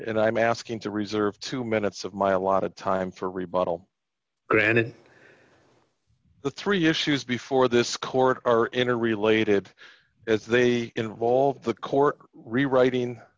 and i'm asking to reserve two minutes of my a lot of time for rebuttal granted the three issues before this court are interrelated as they involve the court rewriting